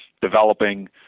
developing